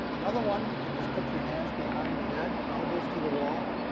another one, you can just put your hands behind your head, elbows to the wall,